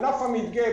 ענף המדגה,